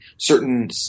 certain